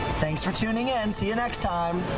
thanks for tuning in. see you next time.